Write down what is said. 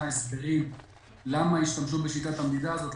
הסברים מדוע השתמשו בשיטת המדידה הזאת,